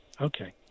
Okay